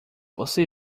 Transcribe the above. você